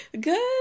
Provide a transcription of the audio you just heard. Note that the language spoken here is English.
Good